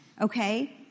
Okay